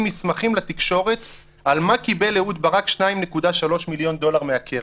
מסמכים לתקשורת על מה קיבל אהוד ברק 2.3 מיליון דולר מהקרן.